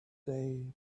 day